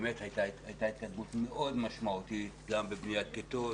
הייתה התקדמות משמעותית מאוד בבניית כיתות,